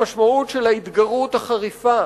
המשמעות של ההתגרות החריפה